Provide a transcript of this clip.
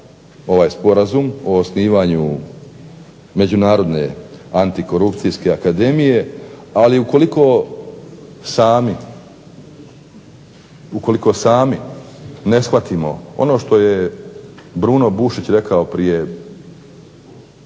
ovaj sporazum o osnivanju međunarodne antikorupcijske akademije ali ukoliko sami ne shvatimo ono što je Bruno Bušić rekao prije